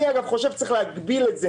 אני חושב שצריך להגביל את זה